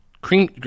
cream